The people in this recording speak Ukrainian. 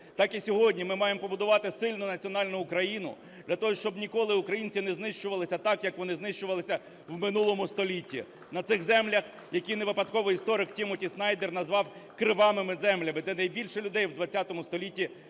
Так і сьогодні ми маємо побудувати сильну національну Україну для того, щоб ніколи українці не знищувалися так, як вони знищувалися в минулому столітті на цих землях, які невипадково історик Тімоті Снайдер назвав "кривавими землями", де найбільше людей в ХХ столітті